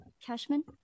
Cashman